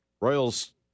Royals